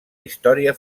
història